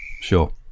sure